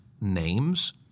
names